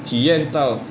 体验到